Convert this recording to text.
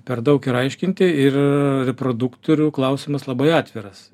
per daug ir aiškinti ir reproduktorių klausimas labai atviras